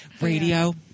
Radio